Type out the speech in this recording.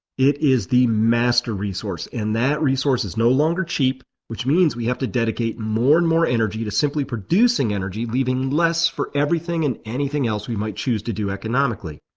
it is the master resource and that resource is no longer cheap which means we have to dedicate more and more energy to simply producing energy leaving less for everything and anything else we might choose to do economically.